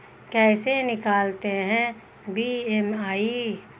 कैसे निकालते हैं बी.एम.आई?